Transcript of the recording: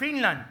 בפינלנד